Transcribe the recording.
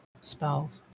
spells